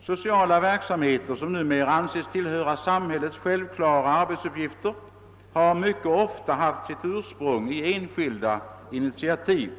Sociala verksamheter som numera anses tillhöra samhällets självklara arbetsuppgifter har mycket ofta haft sitt ursprung i enskilda initiativ.